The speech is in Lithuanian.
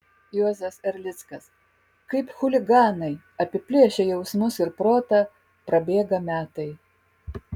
juozas erlickas kaip chuliganai apiplėšę jausmus ir protą prabėga metai